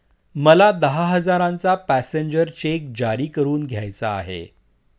मला दहा हजारांचा पॅसेंजर चेक जारी करून घ्यायचा आहे